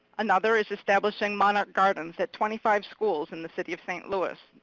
another is establishing monarch gardens at twenty five schools in the city of st. louis,